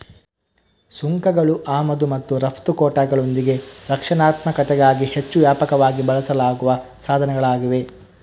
ಸುಂಕಗಳು ಆಮದು ಮತ್ತು ರಫ್ತು ಕೋಟಾಗಳೊಂದಿಗೆ ರಕ್ಷಣಾತ್ಮಕತೆಗಾಗಿ ಹೆಚ್ಚು ವ್ಯಾಪಕವಾಗಿ ಬಳಸಲಾಗುವ ಸಾಧನಗಳಾಗಿವೆ